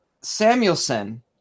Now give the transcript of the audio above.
Samuelson